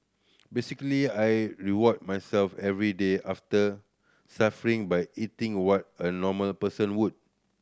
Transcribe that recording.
basically I reward myself every day after suffering by eating what a normal person would